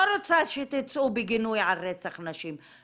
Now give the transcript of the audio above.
לא רוצה שתצאו בגינוי על רצח נשים,